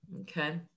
okay